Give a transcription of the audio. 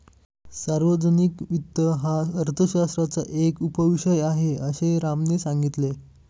सार्वजनिक वित्त हा अर्थशास्त्राचा एक उपविषय आहे, असे रामने सांगितले